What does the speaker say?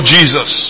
Jesus